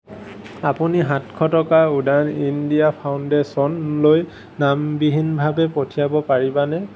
আপুনি সাতশ টকা উড়ান ইণ্ডিয়া ফাউণ্ডেশ্যনলৈ নামবিহীনভাৱে পঠিয়াব পাৰিবানে